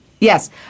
Yes